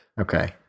okay